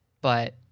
but-